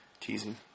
teasing